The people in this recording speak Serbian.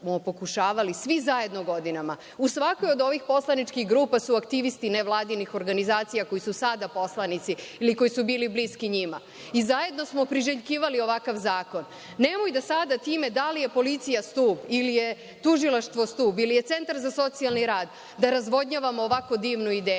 svi zajedno godinama. U svakoj od ovih poslaničkih grupa su aktivisti nevladinih organizacija koji su sada poslanici ili koji su bili bliski njima. Zajedno smo priželjkivali ovakav zakon. Nemoj da sada time, da li je policija stub ili je tužilaštvo stub, ili je centra za socijalni rad, da razvodnjavamo ovako divnu ideju.